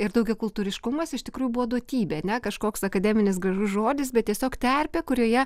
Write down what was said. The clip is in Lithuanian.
ir daugiakultūriškumas iš tikrųjų buvo duotybė ar ne kažkoks akademinis gražus žodis bet tiesiog terpė kurioje